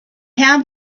have